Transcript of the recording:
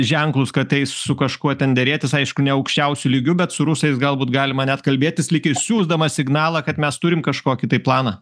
ženklus kad eis su kažkuo ten derėtis aišku ne aukščiausiu lygiu bet su rusais galbūt galima net kalbėtis lyg siųsdamas signalą kad mes turim kažkokį tai planą